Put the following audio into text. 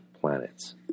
planets